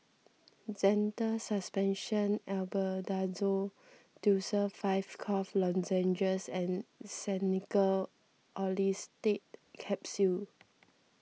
Zental Suspension Albendazole Tussils five Cough Lozenges and Xenical Orlistat Capsules